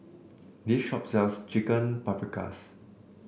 this shop sells Chicken Paprikas